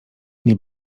nie